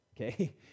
Okay